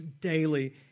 daily